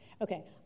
Okay